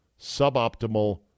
suboptimal